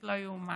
פשוט לא ייאמן.